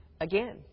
again